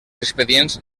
expedients